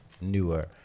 newer